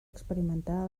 experimentar